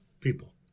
people